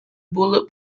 bullet